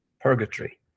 Purgatory